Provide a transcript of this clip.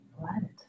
planet